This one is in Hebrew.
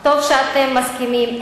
טוב שאתם מסכימים.